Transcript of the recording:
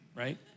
Right